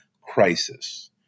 crisis